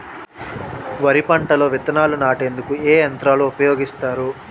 వరి పంటలో విత్తనాలు నాటేందుకు ఏ యంత్రాలు ఉపయోగిస్తారు?